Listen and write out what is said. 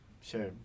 sure